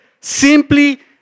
Simply